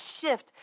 shift